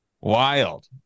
Wild